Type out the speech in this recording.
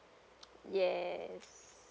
yes